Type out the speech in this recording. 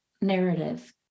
narrative